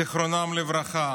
זיכרונם לברכה.